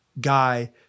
guy